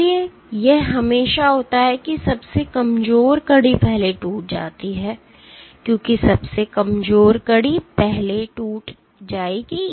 इसलिए यह हमेशा होता है कि सबसे कमजोर कड़ी पहले टूट जाती है क्योंकि सबसे कमजोर कड़ी पहले टूट जाती है